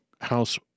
House